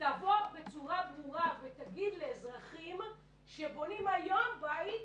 תבוא בצורה ברורה ותגיד לאזרחים שבונים היום בית,